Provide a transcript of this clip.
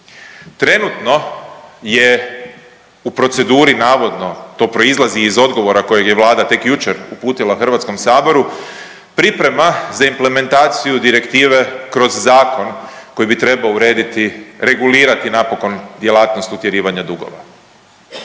Trenutno je u proceduri navodno, to proizlazi iz odgovora kojeg je Vlade tek jučer uputila Hrvatskom saboru priprema za implementaciju direktive kroz zakon koji bi trebao urediti, regulirati napokon djelatnost utjerivanja dugova.